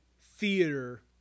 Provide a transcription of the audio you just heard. theater